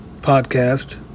podcast